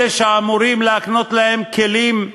אלה שאמורים להקנות להם כלים לחיים,